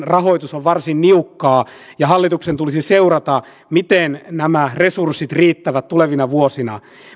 rahoitus on varsin niukkaa ja hallituksen tulisi seurata miten nämä resurssit riittävät tulevina vuosina